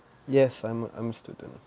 yes I'm I'm a student